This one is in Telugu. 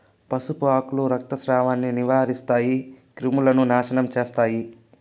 పసుపు ఆకులు రక్తస్రావాన్ని నివారిస్తాయి, క్రిములను నాశనం చేస్తాయి